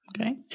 Okay